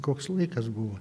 koks laikas buvo